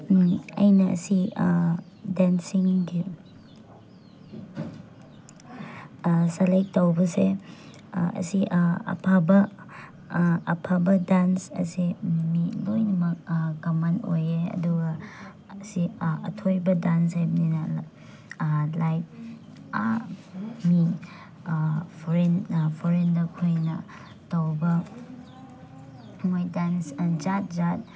ꯑꯩꯅ ꯑꯁꯤ ꯗꯦꯟꯁꯤꯡꯒꯤ ꯁꯦꯂꯦꯛ ꯇꯧꯕꯁꯦ ꯑꯁꯤ ꯑꯐꯕ ꯑꯐꯕ ꯗꯥꯟꯁ ꯑꯁꯦ ꯃꯤ ꯂꯣꯏꯅꯃꯛ ꯀꯃꯟ ꯑꯣꯏꯌꯦ ꯑꯗꯨꯒ ꯑꯁꯤ ꯑꯊꯣꯏꯕ ꯗꯥꯟꯁ ꯍꯥꯏꯕꯅꯤꯅ ꯂꯥꯏꯛ ꯃꯤ ꯐꯣꯔꯦꯟ ꯐꯣꯔꯦꯟꯗ ꯑꯩꯈꯣꯏꯅ ꯇꯧꯕ ꯃꯣꯏ ꯗꯥꯟꯁ ꯑꯦꯟ ꯖꯥꯠ ꯖꯥꯠ